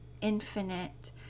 infinite